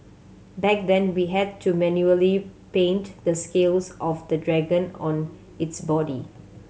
back then we had to manually paint the scales of the dragon on its body